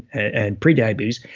and pre-diabetes.